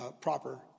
proper